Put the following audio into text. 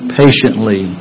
patiently